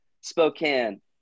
Spokane